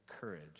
courage